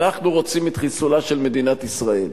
אנחנו רוצים את חיסולה של מדינת ישראל.